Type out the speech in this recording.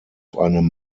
einem